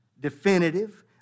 definitive